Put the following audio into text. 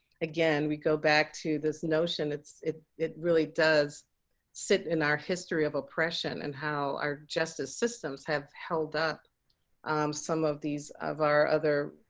again, we go back to this notion it it really does sit in our history of oppression and how our justice systems have held up some of these of our other,